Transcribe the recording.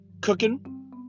cooking